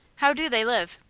how do they live?